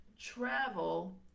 travel